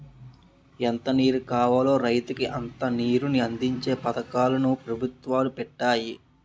ఎంత నీరు కావాలో రైతుకి అంత నీరుని అందించే పథకాలు ను పెభుత్వాలు పెట్టాయి